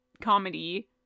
comedy